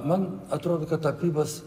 man atrodo kad tapybos